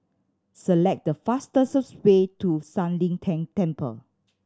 select the fastest way to San Lian Deng Temple